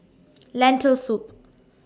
Lentil Soup